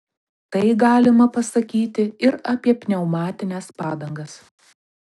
tai galima pasakyti ir apie pneumatines padangas